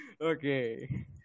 Okay